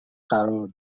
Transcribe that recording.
قرار